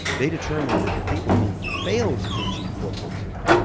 they determined that the people who failed to achieve four point two